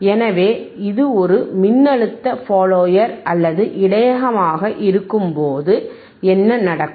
எனவே இது ஒரு மின்னழுத்த ஃபாலோயர் அல்லது இடையகமாக இருக்கும்போது என்ன நடக்கும்